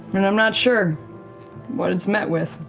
and i'm not sure what it's met with.